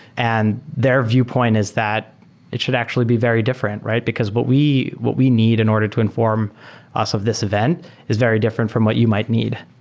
and their viewpoint is that it should actually be very different, because what we what we need in order to inform us of this event is very different from what you might need,